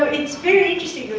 it's very interesting,